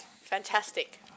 Fantastic